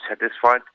satisfied